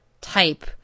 type